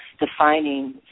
defining